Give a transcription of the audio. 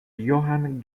johann